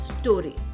story